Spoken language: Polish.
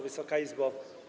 Wysoka Izbo!